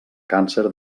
càncer